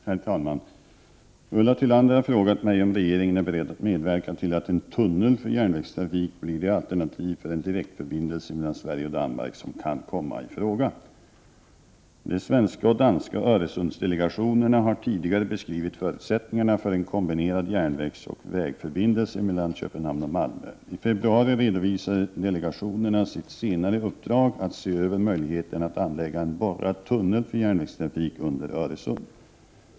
Herr talman! Ulla Tillander har frågat mig om regeringen är beredd att medverka till att en tunnel för järnvägstrafik blir det alternativ för en direktförbindelse mellan Sverige och Danmark som kan komma i fråga. De svenska och danska Öresundsdelegationerna har tidigare beskrivit förutsättningarna för en kombinerad järnvägsoch vägförbindelse mellan Köpenhamn och Malmö. I februari redovisade delegationerna sitt senare uppdrag att se över möjligheterna att anlägga en borrad tunnel för järnvägstrafik under Öresund.